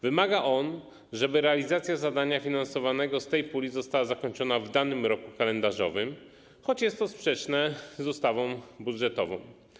Wymaga on, żeby realizacja zadania finansowanego z tej puli została zakończona w danym roku kalendarzowym, choć jest to sprzeczne z ustawą budżetową.